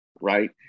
right